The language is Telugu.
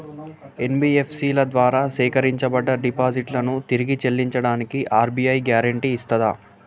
ఎన్.బి.ఎఫ్.సి ల ద్వారా సేకరించబడ్డ డిపాజిట్లను తిరిగి చెల్లించడానికి ఆర్.బి.ఐ గ్యారెంటీ ఇస్తదా?